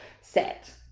set